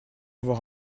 avoir